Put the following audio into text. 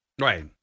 Right